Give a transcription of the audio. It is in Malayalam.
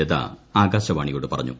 ലത ആകാശവാണിയോട് പറഞ്ഞു